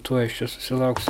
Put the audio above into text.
tuoj aš čia susilauksiu